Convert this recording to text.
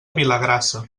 vilagrassa